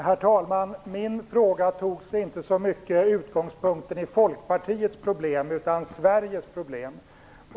Herr talman! Min fråga hade inte så mycket sin utgångspunkt i Folkpartiets problem utan mera i Sveriges problem.